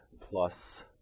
plus